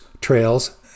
trails